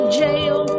jail